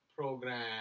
program